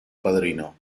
padrino